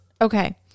Okay